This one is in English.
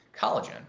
collagen